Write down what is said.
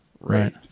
Right